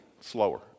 Slower